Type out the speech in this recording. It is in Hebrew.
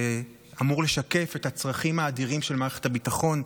שאמור לשקף את הצרכים האדירים של מערכת הביטחון,